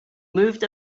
moved